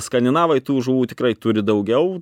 skandinavai tų žuvų tikrai turi daugiau